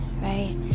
right